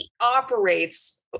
operates